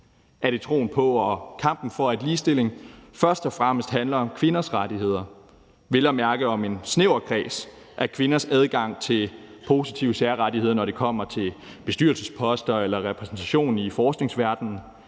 Er det troen på og kampen for, at ligestilling først og fremmest handler om kvinders rettigheder – vel at mærke om en snæver kreds af kvinders adgang til positive særrettigheder, når det kommer til bestyrelsesposter eller repræsentation i forskningsverdenen